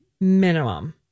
minimum